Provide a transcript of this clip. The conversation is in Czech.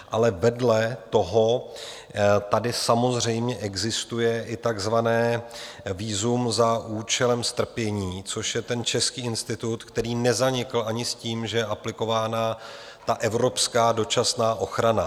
Ale vedle toho tady samozřejmě existuje i takzvané vízum za účelem strpění, což je český institut, který nezanikl ani s tím, že je aplikována evropská dočasná ochrana.